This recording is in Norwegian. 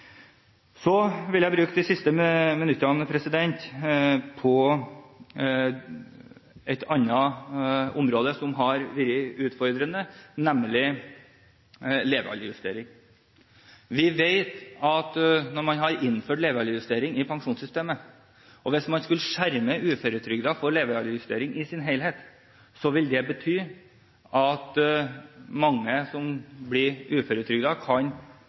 Så vil jeg bruke de siste minuttene på et annet område som har vært utfordrende, nemlig levealdersjustering. Vi vet at når man har innført levealdersjustering i pensjonssystemet og hvis man da skulle skjerme uføretrygdede for levealdersjustering i sin helhet, vil det bety at mange som blir uføretrygdet, kan